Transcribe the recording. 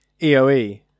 EOE